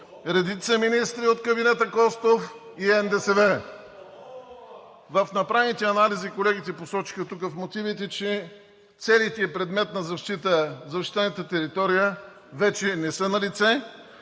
редица министри от кабинета Костов и НДСВ. (Възгласи от ДПС: „Ооо!“) В направените анализи колегите посочиха тук в мотивите, че целите – предмет на защита в защитената територия, вече не са налице.